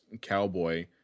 cowboy